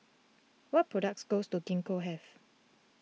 what products goes to Gingko have